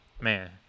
man